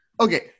Okay